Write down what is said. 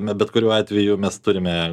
na bet kuriuo atveju mes turime